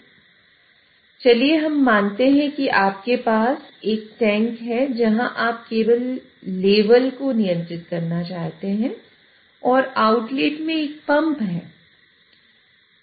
तो चलिए हम मानते हैं कि आपके पास एक टैंक है जहाँ आप लेवल को नियंत्रित करना चाहते हैं और आउटलेट में एक पंप है